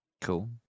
Cool